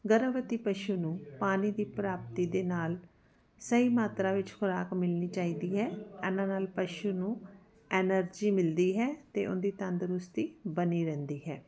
ਗਰਭਵਤੀ ਪਸ਼ੂ ਨੂੰ ਪਾਣੀ ਦੀ ਪ੍ਰਾਪਤੀ ਦੇ ਨਾਲ ਸਹੀ ਮਾਤਰਾ ਵਿੱਚ ਖੁਰਾਕ ਮਿਲਣੀ ਚਾਹੀਦੀ ਹੈ ਇਹਨਾਂ ਨਾਲ ਪਸ਼ੂ ਨੂੰ ਐਨਰਜੀ ਮਿਲਦੀ ਹੈ ਅਤੇ ਉਹਦੀ ਤੰਦਰੁਸਤੀ ਬਣੀ ਰਹਿੰਦੀ ਹੈ